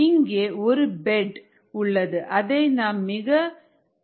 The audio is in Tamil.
இங்கே ஒரு பெட் உள்ளது அதை நாம் மிக இருக்கமாக நிரப்பி உள்ளோம்